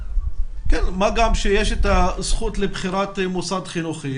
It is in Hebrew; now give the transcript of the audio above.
מה גם שיש את הזכות לבחירת מוסד חינוכי,